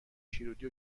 شیرودی